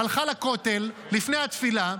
הלכה לכותל לפני התפילה,